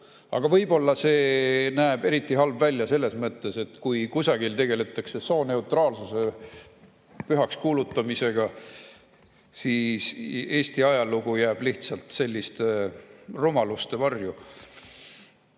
Võib-olla näeb see eriti halb välja selles mõttes, et kui kusagil tegeldakse sooneutraalsuse pühaks kuulutamisega, siis Eesti ajalugu jääb lihtsalt selliste rumaluste varju.